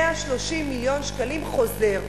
130 מיליון שקלים חוזרים.